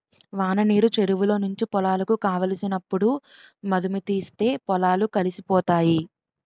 వాననీరు చెరువులో నుంచి పొలాలకు కావలసినప్పుడు మధుముతీస్తే పొలాలు కలిసిపోతాయి